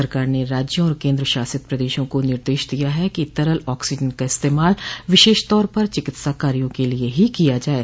सरकार ने राज्यों और केन्द्र शासित प्रदेशों को निर्देश दिया है कि तरल ऑक्सीजन का इस्तेमाल विशेष तौर पर चिकित्सा कार्यो के लिए ही किया जाये